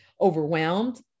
overwhelmed